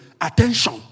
attention